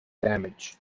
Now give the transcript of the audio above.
damage